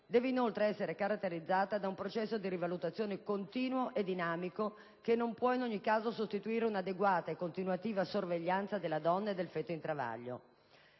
Deve, inoltre, essere caratterizzata da un processo di rivalutazione continuo e dinamico che non può in ogni caso sostituire un'adeguata e continuativa sorveglianza della donna e del feto nel